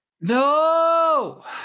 No